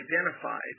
identified